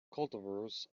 cultivars